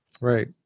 Right